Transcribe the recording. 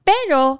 Pero